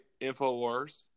InfoWars